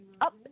up